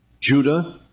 Judah